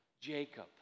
Jacob